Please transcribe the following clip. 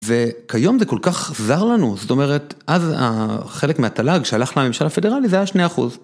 וכיום זה כל כך זר לנו, זאת אומרת, אז חלק מהתל״ג שהלך לממשל הפדרלי זה היה שני אחוז.